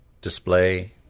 display